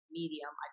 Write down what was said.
medium